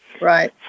Right